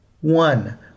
One